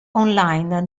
online